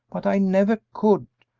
but i never could,